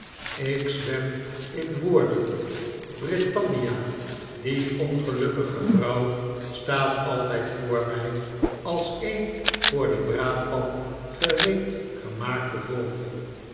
ik zwem in woorden britannia die ongelukkige vrouw staat altijd voor mij als een voor de braadpan gereed gemaakte vogelj